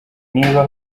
niba